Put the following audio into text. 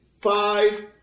five